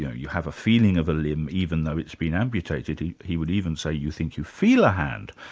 you know, you have a feeling of a limb, even though it's been amputated, he he would even say you think you feel a hand,